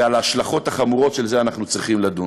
ועל ההשלכות החמורות של זה אנחנו צריכים לדון.